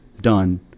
done